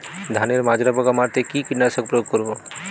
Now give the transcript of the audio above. ধানের মাজরা পোকা মারতে কি কীটনাশক প্রয়োগ করব?